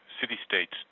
city-states